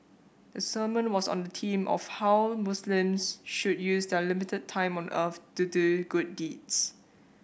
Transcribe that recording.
the sermon was on the theme of how Muslims should use their limited time on earth to do good deeds